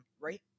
right